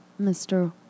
Mr